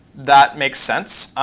that makes sense.